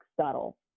subtle